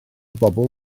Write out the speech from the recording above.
bobl